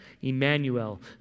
Emmanuel